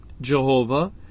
Jehovah